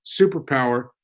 superpower